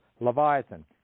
leviathan